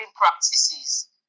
practices